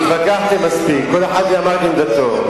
התווכחתם מספיק, כל אחד אמר את עמדתו.